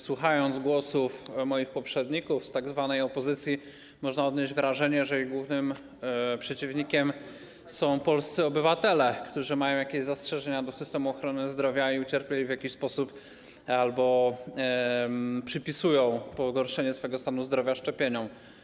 Słuchając głosów moich poprzedników z tzw. opozycji, można odnieść wrażenie, że ich głównym przeciwnikiem są polscy obywatele, którzy mają jakieś zastrzeżenia co do systemu ochrony zdrowia i ucierpieli w jakiś sposób albo przypisują pogorszenie swego stanu zdrowia szczepieniom.